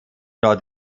dort